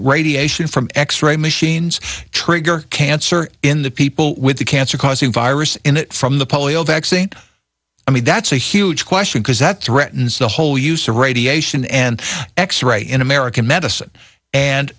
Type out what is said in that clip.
radiation from x ray machines trigger cancer in the people with the cancer causing virus in it from the polio vaccine i mean that's a huge question because that threatens the whole use of radiation and x ray in american medicine and